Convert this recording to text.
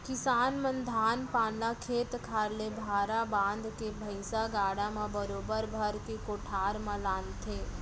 किसान मन धान पान ल खेत खार ले भारा बांध के भैंइसा गाड़ा म बरोबर भर के कोठार म लानथें